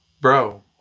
Bro